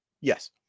Yes